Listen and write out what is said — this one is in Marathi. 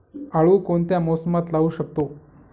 आळू कोणत्या मोसमात लावू शकतो?